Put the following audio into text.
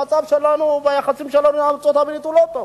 המצב שלנו ביחסים שלנו עם ארצות-הברית הוא לא טוב.